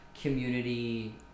community